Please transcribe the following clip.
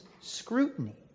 scrutiny